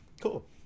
Cool